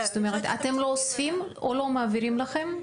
זאת אומרת, אתם לא אוספים, או לא מעבירים לכם?